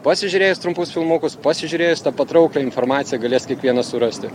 pasižiūrėjus trumpus filmukus pasižiūrėjus tą patrauklią informaciją galės kiekvienas surasti